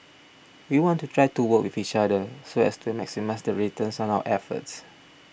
we want to try to work with each other so as to maximise the returns on our efforts